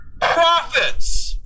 profits